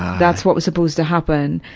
that's what was supposed to happen.